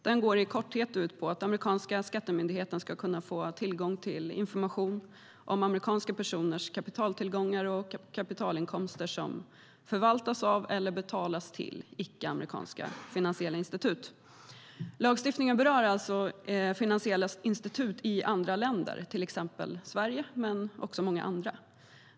Den går i korthet ut på att den amerikanska skattemyndigheten ska kunna få tillgång till information om amerikanska personers kapitaltillgångar och kapitalinkomster som förvaltas av eller betalas till icke-amerikanska finansiella institut. Lagstiftningen berör alltså finansiella institut i andra länder, till exempel Sverige men också många andra.